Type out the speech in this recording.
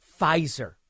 Pfizer